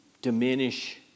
diminish